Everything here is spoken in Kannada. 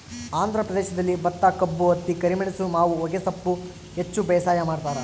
ಆಂಧ್ರ ಪ್ರದೇಶದಲ್ಲಿ ಭತ್ತಕಬ್ಬು ಹತ್ತಿ ಕರಿಮೆಣಸು ಮಾವು ಹೊಗೆಸೊಪ್ಪು ಹೆಚ್ಚು ಬೇಸಾಯ ಮಾಡ್ತಾರ